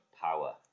Power